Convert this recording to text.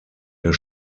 der